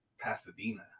Pasadena